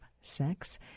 sex